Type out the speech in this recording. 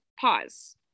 pause